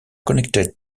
connected